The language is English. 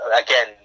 again